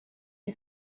die